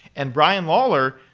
and brian lawler,